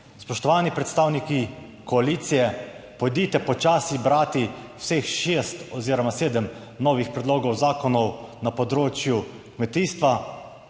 Spoštovani predstavniki koalicije, pojdite počasi brati vseh šest oziroma sedem novih predlogov zakonov na področju kmetijstva.